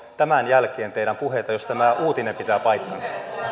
tämän jälkeen teidän puheitanne jos tämä uutinen pitää paikkansa